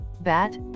bat